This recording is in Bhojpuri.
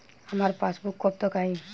हमार पासबूक कब तक आ जाई?